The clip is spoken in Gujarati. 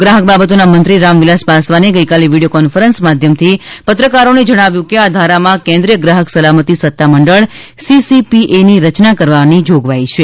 ગ્રાહક બાબતોના મંત્રી રામવિલાસ પાસવાને ગઈકાલે વિડીયો કોન્ફરન્સ માધ્યમથી પત્રકારોને જણાવ્યું હતું કે આ ધારામાં કેન્દ્રિય ગ્રાહક સલામતી સત્તામંડળ સીસીપીએની રચના કરવાની જોગવાઈ છે